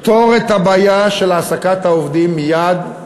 פתור את הבעיה של העסקת העובדים מייד,